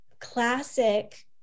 classic